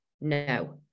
No